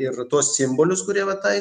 ir tuos simbolius kurie va tą